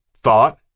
thought